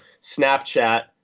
Snapchat